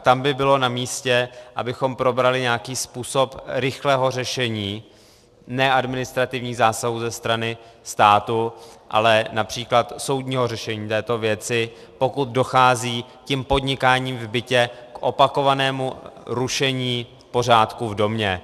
Tam by bylo namístě, abychom probrali nějaký způsob rychlého řešení, ne administrativních zásahů ze strany státu, ale např. soudního řešení této věci, pokud dochází podnikáním v bytě k opakovanému rušení pořádku v domě.